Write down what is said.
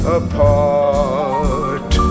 apart